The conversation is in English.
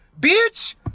bitch